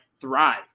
thrive